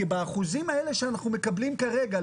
כי באחוזים האלה שאנחנו מקבלים כרגע,